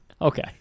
Okay